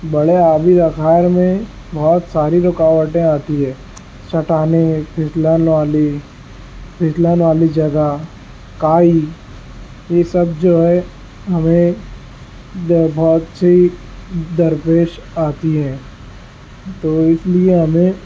بڑے آبی ذخائر میں بہت ساری رکاوٹیں آتی ہیں چٹانیں پھسلن والی پھسلن والی جگہ کائی یہ سب جو ہے ہمیں بہت سی درپیش آتی ہیں تو اس لیے ہمیں